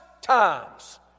times